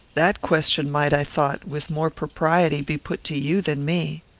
that question might, i thought, with more propriety be put to you than me.